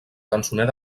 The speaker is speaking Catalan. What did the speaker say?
cançoner